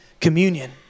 communion